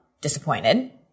disappointed